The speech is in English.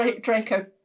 Draco